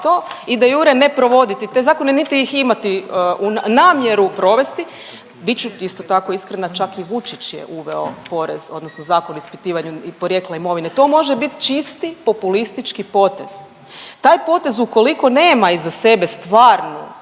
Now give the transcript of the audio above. i de jure ne provoditi te zakone niti ih imati namjeru provesti. Bit ću isto tako iskrena čak i Vučić je uveo porez odnosno Zakon o ispitivanju porijekla imovine. To može biti čisti populistički potez. Taj potez ukoliko nema iza sebe stvarnu